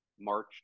March